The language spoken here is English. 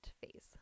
phase